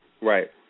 Right